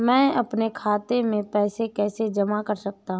मैं अपने खाते में पैसे कैसे जमा कर सकता हूँ?